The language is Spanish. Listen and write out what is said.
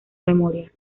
memoria